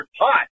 hot